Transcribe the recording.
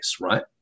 right